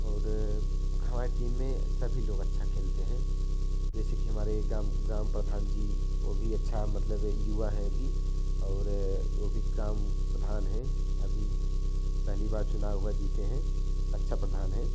और हमारी टीम में सभी लोग अच्छा खेलते हैं जैसे कि हमारे धाम ग्राम प्रधान जी वह भी अच्छा मतलब की युवा हैं अभी और वह भी गाँव के प्रधान हैं अभी पहली बार चुनाव वह जीते हैं अच्छा प्रधान हैं